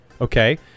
okay